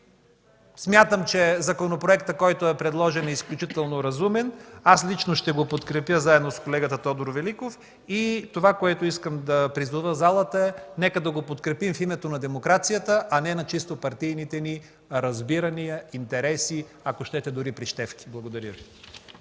Смятам, че законопроектът, който е предложен, е изключително разумен. Лично аз, заедно с колегата Тодор Великов ще го подкрепим. Това, към което искам да призова залата, е: нека да го подкрепим в името на демокрацията, а не на чисто партийните ни разбирания, интереси, ако щете, дори прищевки. Благодаря